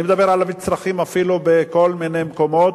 אני מדבר אפילו על מצרכים בכל מיני מקומות,